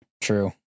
True